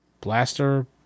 Blaster